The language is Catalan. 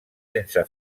sense